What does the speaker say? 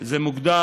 זה מוגדר,